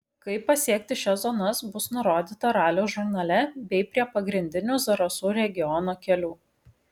kaip pasiekti šias zonas bus nurodyta ralio žurnale bei prie pagrindinių zarasų regiono kelių